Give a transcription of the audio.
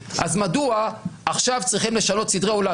אז מדוע עכשיו צריך לשנות סדרי עולם?